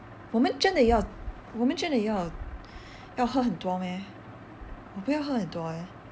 我们真的要我们真的要要喝很多 meh 我不要喝很多 eh